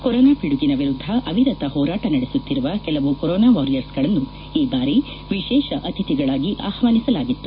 corona ಪಿಡುಗಿನ ವಿರುದ್ದ ಅವಿರತ ಹೋರಾಟ ನಡೆಸುತ್ತಿರುವ ಕೆಲವು ಕೊರೊನಾ ವಾರಿಯರ್ಸ್ಗಳನ್ನು ಈ ಬಾರಿ ವಿಶೇಷ ಅತಿಥಿಗಳಾಗಿ ಆಹ್ವಾನಿಸಲಾಗಿತ್ತು